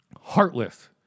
heartless